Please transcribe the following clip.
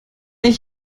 ich